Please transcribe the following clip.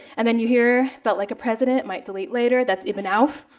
and then, you here, felt like a president, might delete later. that's ibn auf.